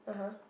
(uh huh)